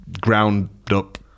ground-up